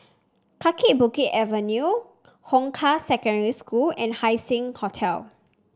Kaki Bukit Avenue Hong Kah Secondary School and Haising Hotel